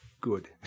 good